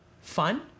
fun